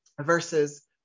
versus